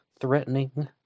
threatening